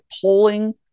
polling